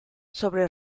sobre